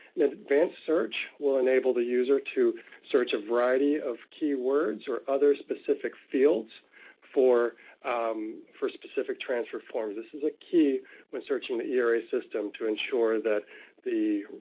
and advanced search will enable the user to search a variety of key words or other specific fields for um for specific transfer forms. this is a key when searching the era system, to ensure that the